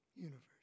universe